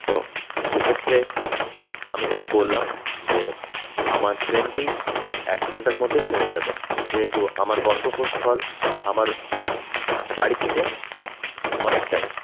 তো সেক্ষেত্রে আমি তাকে বললাম যে আমার ট্রেনটি ঠিক এক ঘন্টার মধ্যে ছেড়ে যাবে যেহেতু আমার গন্তব্যস্থল আমার বাড়ি থেকে অনেকটাই